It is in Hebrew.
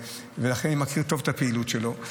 ולכן אני מכיר טוב את הפעילות שלו.